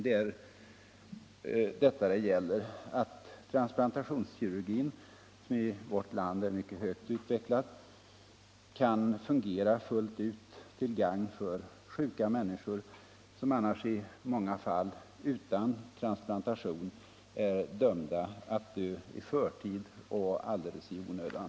Det är detta det gäller: att transplantationskirurgin, som i vårt land är utomordentligt högt utvecklad, kan fungera fullt ut till gagn för sjuka människor, som annars i många fall — utan transplantation —- är dömda att dö i förtid och alldeles i onödan.